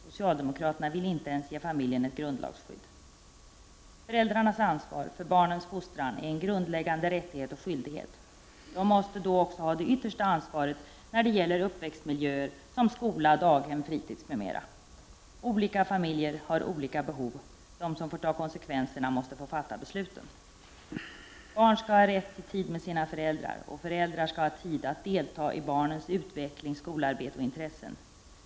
Socialdemokraterna vill inte ens ge familjen ett grundlagsskydd. Föräldrarnas ansvar för barnens fostran är en grundläggande rättighet och skyldighet. De måste då också ha det yttersta ansvaret när det gäller uppväxtmiljöer som skolan, daghem, fritidshem m.m. Olika familjer har olika behov. De som får ta konsekvenserna måste få fatta besluten. Barn skall ha rätt till tid med sina föräldrar, och föräldrar skall ha tid att delta i barnens utveckling, skolarbete och intressen.